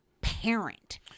parent